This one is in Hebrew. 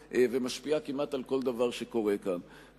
ומשפיעה כמעט על כל דבר שקורה כאן.